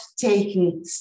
taking